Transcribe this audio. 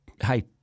hey